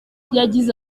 yagize